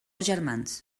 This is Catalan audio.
germans